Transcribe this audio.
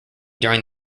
during